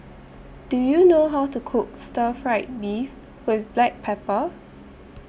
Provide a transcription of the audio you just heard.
Do YOU know How to Cook Stir Fried Beef with Black Pepper